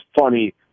funny